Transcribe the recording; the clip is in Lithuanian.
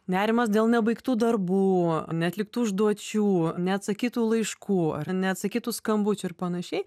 nerimas dėl nebaigtų darbų neatliktų užduočių neatsakytų laiškų ar neatsakytų skambučių ir panašiai